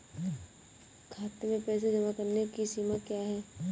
खाते में पैसे जमा करने की सीमा क्या है?